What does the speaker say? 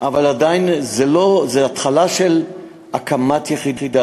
אבל עדיין, זו התחלה של הקמת יחידה.